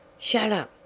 shet up!